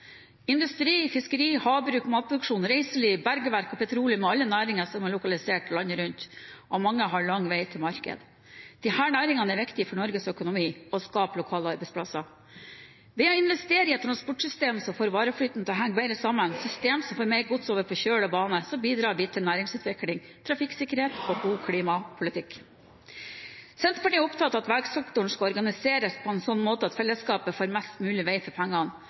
Industri, fiskeri, havbruk, matproduksjon, reiseliv, bergverk og petroleum er alle næringer som er lokalisert landet rundt, og mange har lang vei til markeder. Disse næringene er viktige for Norges økonomi, og skaper lokale arbeidsplasser. Ved å investere i et transportsystem som får vareflyten til å henge bedre sammen, et system som får mer gods over på kjøl og bane, bidrar vi til næringsutvikling, trafikksikkerhet og god klimapolitikk. Senterpartiet er opptatt av at veisektoren skal organiseres på en slik måte at fellesskapet får mest mulig vei for pengene,